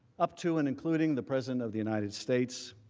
up to and including the president of the united states